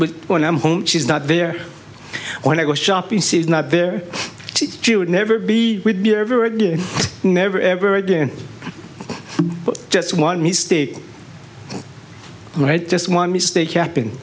but when i'm home she's not there when i go shopping see is not there she would never be with me ever again never ever again just one mistake just one mistake happen